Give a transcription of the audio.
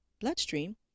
bloodstream